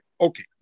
Okay